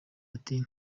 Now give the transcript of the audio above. ati